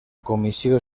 comissió